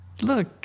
look